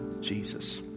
Jesus